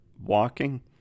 walking